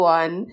one